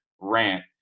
rant